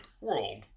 world